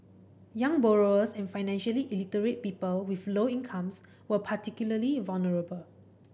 young borrowers and financially illiterate people with low incomes were particularly vulnerable